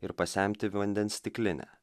ir pasemti vandens stiklinę